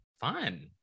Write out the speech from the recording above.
Fun